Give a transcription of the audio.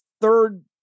third